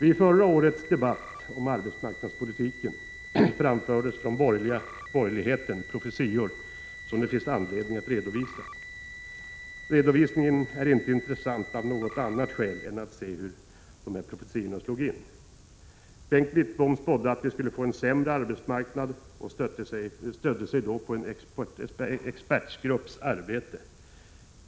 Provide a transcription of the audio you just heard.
I förra årets debatt om arbetsmarknadspolitiken framfördes från borgerligheten profetior som det finns anledning att redovisa. Redovisningen är inte intressant av något annat skäl än om man vill se hur profetiorna slog in. Bengt Wittbom spådde att vi skulle få en sämre arbetsmarknad och stödde sig då på en expertgrupps arbete.